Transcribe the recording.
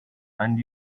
and